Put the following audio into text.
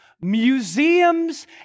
museums